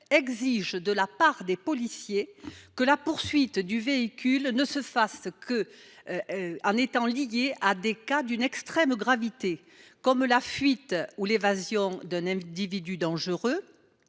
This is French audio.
exige de la part des policiers que la poursuite d’un véhicule ne puisse être liée qu’à des faits d’une extrême gravité comme la fuite, l’évasion d’un individu dangereux